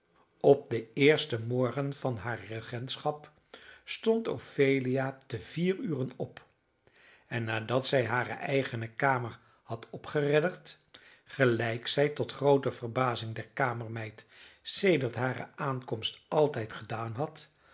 op den eersten morgen van haar regentschap stond ophelia te vier uren op en nadat zij hare eigene kamer had opgeredderd gelijk zij tot groote verbazing der kamermeid sedert hare aankomst altijd gedaan had